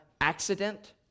accident